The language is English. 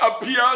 appears